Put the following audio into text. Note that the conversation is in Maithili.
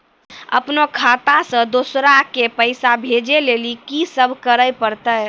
अपनो खाता से दूसरा के पैसा भेजै लेली की सब करे परतै?